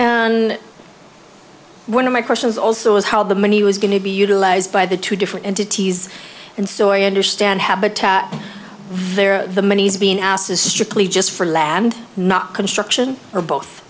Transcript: and one of my questions also was how the money was going to be utilized by the two different entities and sawyer understand habitat there the money's being asked is strictly just for lab and not construction or both